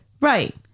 Right